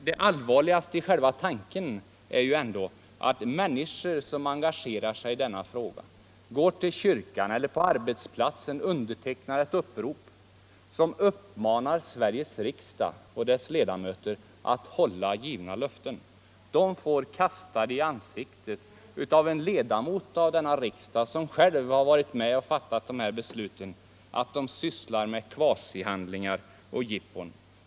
Det allvarligaste är ändå att människor, som engagerar sig i denna fråga och i kyrkan eller på arbetsplatsen undertecknar ett upprop som uppmanar Sveriges riksdag att hålla sina löften, får sig kastade i ansiktet av en ledamot i denna riksdag, som själv varit med och fattat dessa beslut, att de sysslar med kvasihandlingar och jippon.